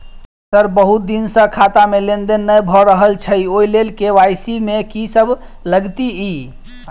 Sir बहुत दिन सऽ खाता मे लेनदेन नै भऽ रहल छैय ओई लेल के.वाई.सी मे की सब लागति ई?